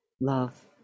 love